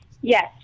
Yes